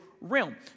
realm